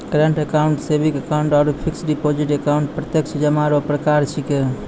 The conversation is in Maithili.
करंट अकाउंट सेविंग अकाउंट आरु फिक्स डिपॉजिट अकाउंट प्रत्यक्ष जमा रो प्रकार छिकै